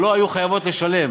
שלא היו חייבות לשלם